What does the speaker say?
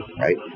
right